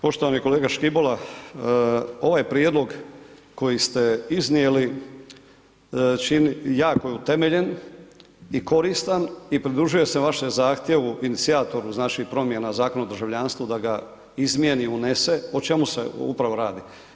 Poštovani kolega Škibola, ovaj prijedlog koji ste iznijeli jako je utemeljen i koristan i pridružujem se vašem zahtjevu, inicijatoru iz naših promjena Zakona o državljanstvu da ga izmijeni, unese, o čemu se upravo radi.